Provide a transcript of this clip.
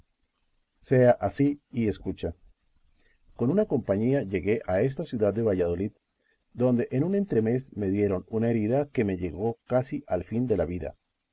sea así y escucha con una compañía llegué a esta ciudad de valladolid donde en un entremés me dieron una herida que me llegó casi al fin de la vida